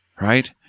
Right